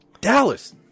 Dallas